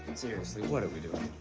seriously, what are we doing?